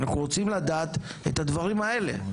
אנחנו רוצים לדעת את הדברים האלה.